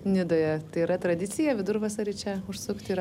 nidoje tai yra tradicija vidurvasarį čia užsukt ir